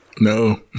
No